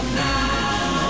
now